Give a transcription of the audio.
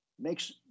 makes